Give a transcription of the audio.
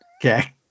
Okay